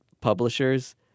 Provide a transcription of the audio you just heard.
publishers